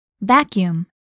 vacuum